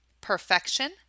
perfection